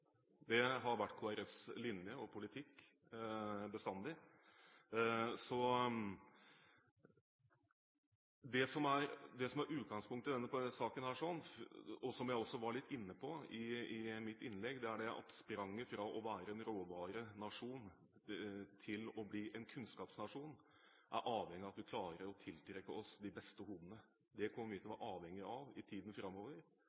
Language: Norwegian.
Det har vært Kristelig Folkepartis linje og politikk bestandig. Det som er utgangspunkt i denne saken, og som jeg også var litt inne på i mitt innlegg, er at spranget fra å være en råvarenasjon til å bli en kunnskapsnasjon er avhengig av at vi klarer å tiltrekke oss de beste hodene. Det kommer vi til å være avhengig av i tiden framover,